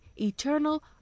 eternal